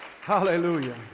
Hallelujah